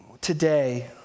today